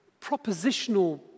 propositional